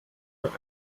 mein